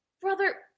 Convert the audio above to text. Brother